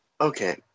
okay